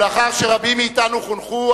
לאחר שרבים מאתנו חונכו,